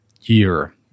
year